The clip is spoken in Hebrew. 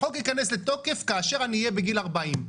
החוק ייכנס לתוקף כאשר אני אהיה בגיל 40,